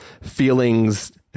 feelings